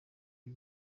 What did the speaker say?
ibi